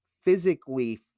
physically